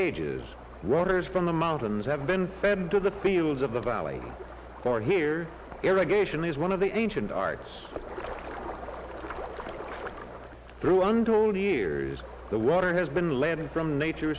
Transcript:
ages rotors from the mountains have been fed into the fields of the valley or here irrigation is one of the ancient arts through under all the years the water has been landing from nature